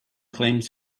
claims